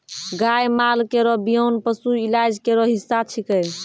गाय माल केरो बियान पशु इलाज केरो हिस्सा छिकै